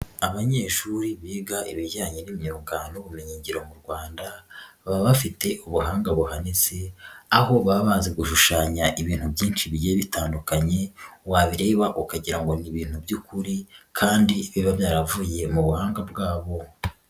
Abanyeshuri biga ibijyanye n'imyuga n'ubumenyingiro mu Rwanda baba bafite ubuhanga buhanitse, aho baba bazi gushushanya ibintu byinshi bigiye bitandukanye, wabireba ukagira ngo ni ibintu by'ukuri, kandi biba byaravuye mu buhanga bwabo.